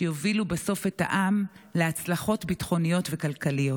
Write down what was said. שיוביל את העם להצלחות ביטחוניות וכלכליות?"